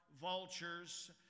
vultures